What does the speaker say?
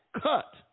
cut